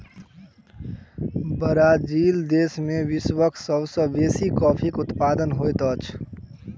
Brazil देश में विश्वक सब सॅ बेसी कॉफ़ीक उत्पादन होइत अछि